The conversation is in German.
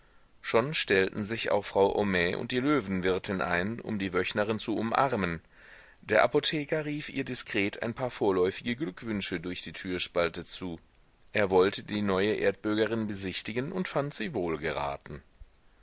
schon stellten sich auch frau homais und die löwenwirtin ein um die wöchnerin zu umarmen der apotheker rief ihr diskret ein paar vorläufige glückwünsche durch die türspalte zu er wollte die neue erdenbürgerin besichtigen und fand sie wohlgeraten